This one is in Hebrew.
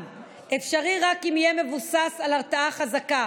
אפשרי רק אם יהיה מבוסס על הרתעה חזקה".